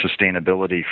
sustainability